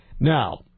Now